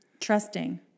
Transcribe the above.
Trusting